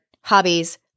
hobbies